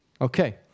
Okay